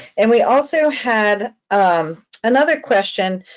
and we also had um another question,